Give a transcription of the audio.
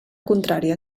contrària